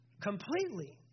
completely